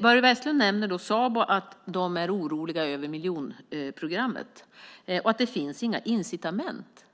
Börje Vestlund nämner att Sabo är oroligt över miljonprogrammet och att det inte finns några incitament.